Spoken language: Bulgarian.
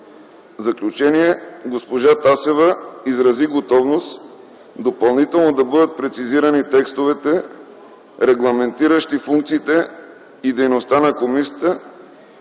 заключениe, госпожа Тасева изрази готовност допълнително да бъдат прецизирани текстовете, регламентиращи функциите и дейността на комисията,